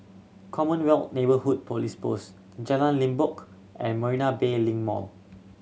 Commonwealth Neighbourhood Police Post Jalan Limbok and Marina Bay Link Mall